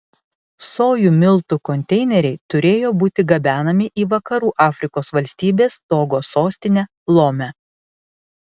sojų miltų konteineriai turėjo būti gabenami į vakarų afrikos valstybės togo sostinę lomę